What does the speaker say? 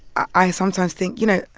i sometimes think, you know,